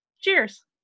Cheers